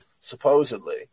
supposedly